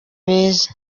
beza